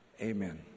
amen